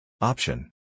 Option